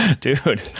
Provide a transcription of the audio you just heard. Dude